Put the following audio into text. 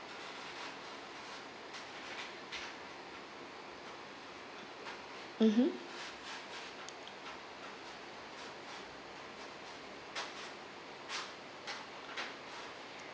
mmhmm